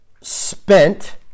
spent